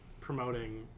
promoting